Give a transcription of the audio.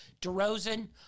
DeRozan